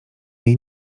jej